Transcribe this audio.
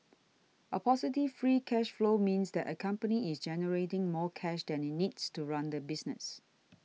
a positive free cash flow means that a company is generating more cash than it needs to run the business